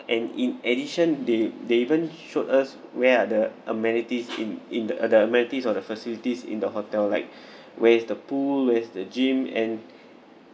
and in addition they they even showed us where are the amenities in in the amenities or the facilities in the hotel like where is the pool where is the gym and